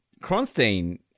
Kronstein